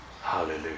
Hallelujah